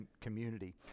community